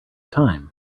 time